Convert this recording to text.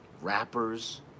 rappers